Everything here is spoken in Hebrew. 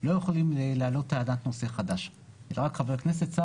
לא יכולים להעלות טענת נושא חדש אלא רק חבר כנסת,